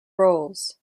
roles